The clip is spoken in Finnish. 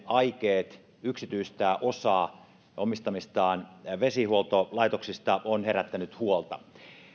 aikeet yksityistää osa omistamistaan vesihuoltolaitoksista ovat herättäneet huolta